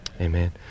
Amen